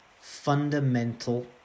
fundamental